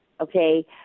okay